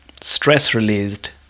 stress-released